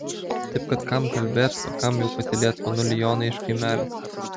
taip kad kam kalbėt o kam jau patylėt ponuli jonai iš kaimelio